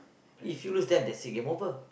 if you lose that they see game over